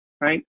right